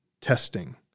testing